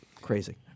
Crazy